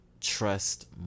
trust